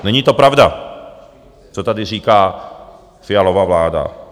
Není to pravda, co tady říká Fialova vláda.